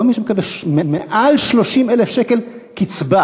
כל מי שמקבל מעל 30,000 שקל קצבה,